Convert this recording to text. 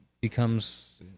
becomes